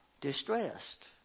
distressed